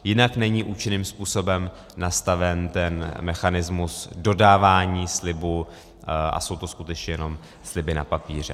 Jinak není účinným způsobem nastaven ten mechanismus dodávání slibů a jsou to skutečně jen sliby na papíře.